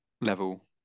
level